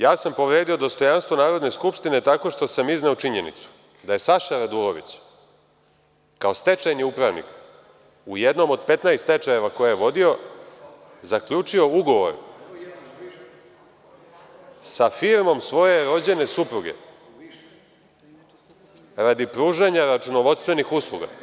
Ja sam povredio dostojanstvo Narodne skupštine tako što sam izneo činjenicu da je Saša Radulović, kao stečajni upravnik u jednom od 15 stečajeva koje je vodio zaključio ugovor sa firmom svoje rođene supruge radi pružanja računovodstvenih usluga.